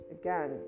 Again